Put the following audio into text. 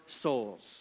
souls